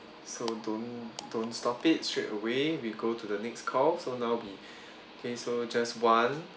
so don't don't stop it straightaway we go to the next call so now we okay so just one